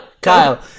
Kyle